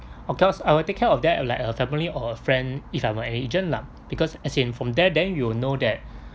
of course I will take care of that uh like a family or friend if I'm a agent lah because as in from there then you'll know that